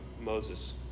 Moses